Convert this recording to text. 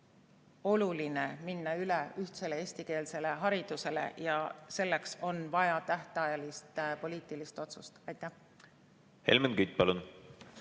oluline minna üle ühtsele eestikeelsele haridusele. Selleks on vaja tähtajalist poliitilist otsust. Suur tänu küsimuse